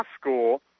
school